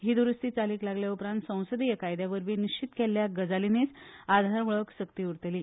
ही द्रूस्ती चालीक लागल्या उपरांत संसदीय कायद्यावरवी निश्चित केल्ल्या गजालीनीच आधार वळख सक्ती उरतली